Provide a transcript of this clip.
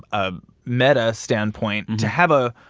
a meta standpoint to have a,